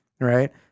right